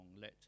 let